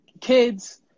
kids